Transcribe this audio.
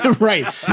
right